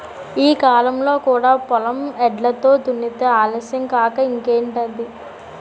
ఈ కాలంలో కూడా పొలం ఎడ్లతో దున్నితే ఆలస్యం కాక ఇంకేటౌద్ది?